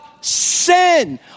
sin